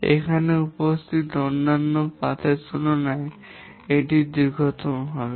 এখানে উপস্থিত অন্যান্য পাথের তুলনায় এটি দীর্ঘতম হবে